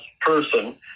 person